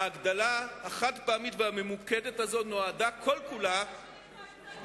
ההגדלה החד-פעמית והממוקדת הזאת נועדה כל-כולה